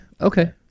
Okay